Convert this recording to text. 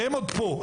והם עוד פה.